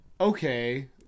okay